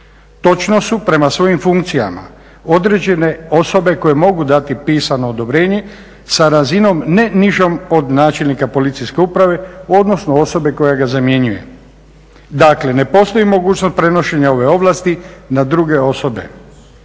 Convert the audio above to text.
Točno su prema svojim funkcijama određene osobe koje mogu dati pisano odobrenje sa razinom ne nižom od načelnika policijske uprave, odnosno osobe koja ga zamjenjuje. Dakle, ne postoji mogućnost prenošenja ove ovlasti na druge osobe.